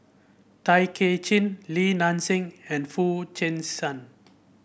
Tay Kay Chin Li Nanxing and Foo Chee San